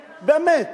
באמת,